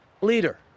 leader